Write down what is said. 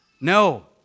No